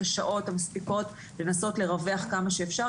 השעות המספיקות לנסות לרווח כמה שאפשר,